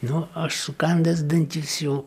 nu aš sukandęs dantis jau